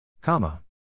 Comma